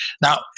Now